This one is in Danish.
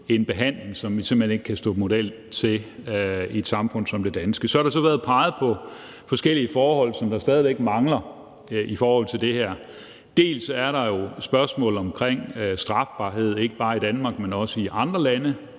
en behandling, som vi simpelt hen ikke kan stå model til i et samfund som det danske. Der har så været peget på forskellige forhold, som stadig væk mangler i det her. Der er jo spørgsmålet om strafbarhed, ikke bare i Danmark, men også i andre lande,